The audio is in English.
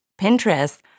Pinterest